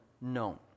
known